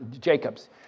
Jacobs